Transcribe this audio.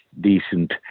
decent